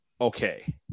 Okay